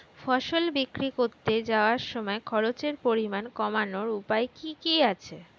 ফসল বিক্রি করতে যাওয়ার সময় খরচের পরিমাণ কমানোর উপায় কি কি আছে?